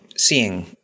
seeing